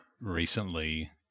recently